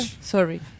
Sorry